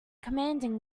commanding